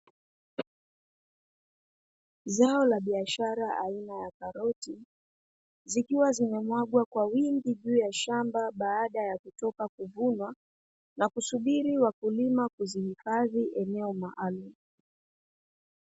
Zao la biashara aina ya karoti, zikiwa zimemwagwa kwa wingi juu ya shamba baada ya kutoka kuvunwa, na kusubiri wakulima kuzihifadhi eneo maalumu.